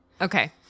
Okay